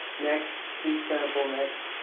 next, speech sample, next.